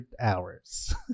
hours